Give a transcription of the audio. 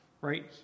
right